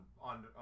on